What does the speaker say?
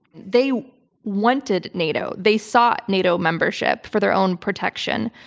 they wanted nato, they sought nato membership for their own protection.